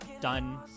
Done